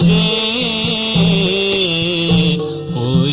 a